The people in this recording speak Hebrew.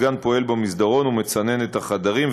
המזגן פועל במסדרון ומצנן את החדרים,